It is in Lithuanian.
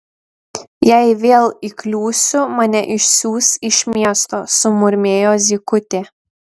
jei vėl įkliūsiu mane išsiųs iš miesto sumurmėjo zykutė